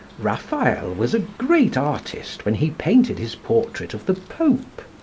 raphael was a great artist when he painted his portrait of the pope.